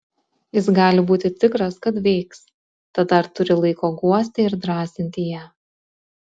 jis gali būti tikras kad veiks tad dar turi laiko guosti ir drąsinti ją